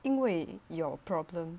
因为 your problem